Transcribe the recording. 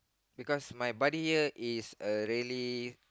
because my buddy here is a really